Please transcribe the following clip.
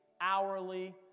hourly